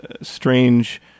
strange